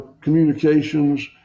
communications